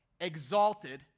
Exalted